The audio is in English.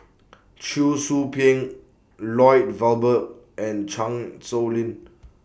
Cheong Soo Pieng Lloyd Valberg and Chan Sow Lin